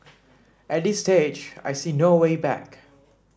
at this stage I see no way back